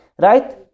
right